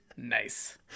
Nice